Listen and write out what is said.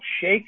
Shake